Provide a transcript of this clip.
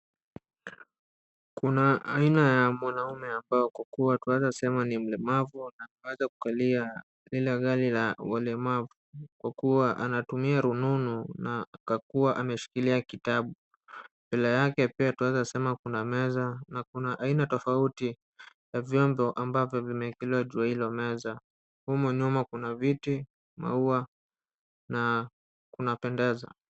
Kuna aina ya mwanaume ambao kwa kuwa tunaweza sema ni mlemavu na ameweeza kukalia lile gari la walemavu kwa kuwa anatumia rununu na kakuwa ameshikilia kitabu. Mbele yake pia twazasema kuna meza na kuna aina tofauti ya vyombo ambavyo vimekelewa juu ya hilo meza. Humu nyuma kuna viti, maua na kunapendeza.